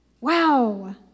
Wow